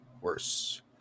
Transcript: worse